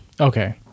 Okay